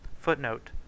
Footnote